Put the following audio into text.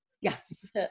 yes